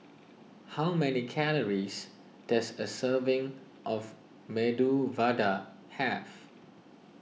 how many calories does a serving of Medu Vada have